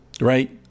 Right